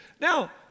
Now